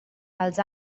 els